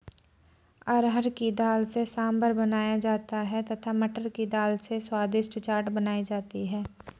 अरहर की दाल से सांभर बनाया जाता है तथा मटर की दाल से स्वादिष्ट चाट बनाई जाती है